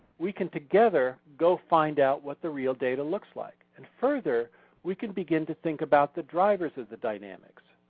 we can together go find out what the real data looks like. and further we can begin to think about the drivers of the dynamics.